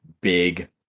big